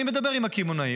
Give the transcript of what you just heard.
אני מדבר עם הקמעונאים.